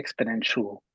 exponential